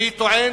אני טוען,